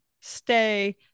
stay